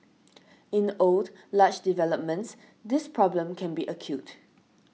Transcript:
in old large developments this problem can be acute